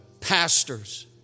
pastors